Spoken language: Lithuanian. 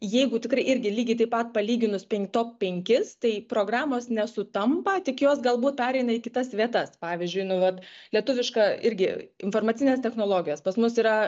jeigu tikrai irgi lygiai taip pat palyginus pen top penkis tai programos nesutampa tik jos galbūt pereina į kitas vietas pavyzdžiui nu vat lietuviška irgi informacinės technologijos pas mus yra